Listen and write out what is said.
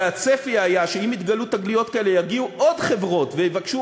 והצפי היה שאם יתגלו תגליות כאלה יגיעו עוד חברות ויבקשו